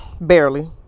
barely